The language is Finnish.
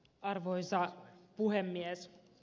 arvoisa puhemies